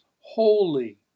Holy